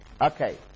Okay